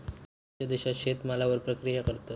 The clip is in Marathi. खयच्या देशात शेतमालावर प्रक्रिया करतत?